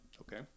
Okay